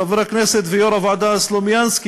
חבר הכנסת ויו"ר הוועדה סלומינסקי,